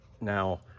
Now